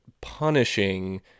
punishing